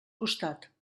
costat